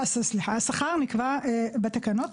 אז השכר נקבע בתקנות,